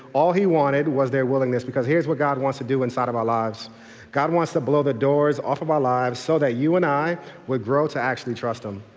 all he wanted was their willingness, because here's what god wants to do inside of our lives god wants to blow the doors off of our lives so that you and i would grow to actually trust him.